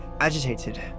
agitated